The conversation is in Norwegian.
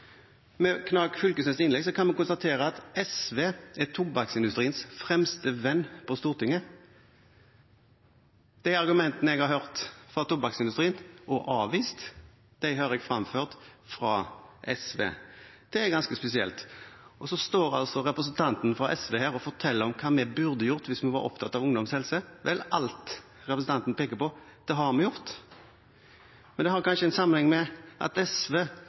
Med Knag Fylkesnes’ innlegg kan vi konstatere at SV er tobakksindustriens fremste venn på Stortinget. De argumentene jeg har hørt fra tobakksindustrien og avvist, de hører jeg framført fra SV. Det er ganske spesielt. Så står altså representanten fra SV her og forteller om hva vi burde gjort hvis vi var opptatt av ungdoms helse. Vel, alt representanten peker på, har vi gjort, men det har kanskje en sammenheng med at SV